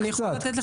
אני יכולה לתת לך